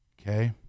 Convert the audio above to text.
Okay